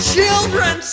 Children